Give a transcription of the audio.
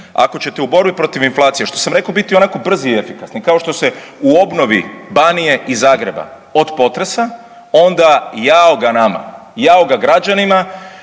Ako ćete o borbi protiv inflacije što sam rekao u biti onako brzi i efikasni kao što se u obnovi Banije i Zagreba od potresa onda jao ga nama, jao ga građanima